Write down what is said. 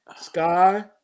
Sky